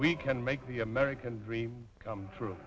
we can make the american dream come true